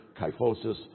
kyphosis